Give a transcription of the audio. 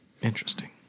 Interesting